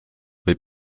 võib